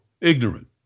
ignorant